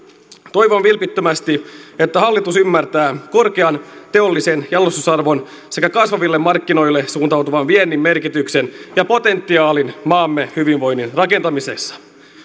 toivon vilpittömästi että hallitus ymmärtää korkean teollisen jalostusarvon sekä kasvaville markkinoille suuntautuvan viennin merkityksen ja potentiaalin maamme hyvinvoinnin rakentamisessa